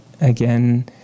again